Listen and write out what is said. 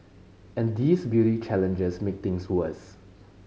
and these beauty challenges make things worse